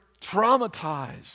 traumatized